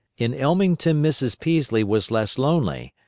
in ellmington mrs. peaslee was less lonely,